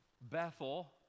Bethel